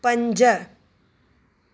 पंज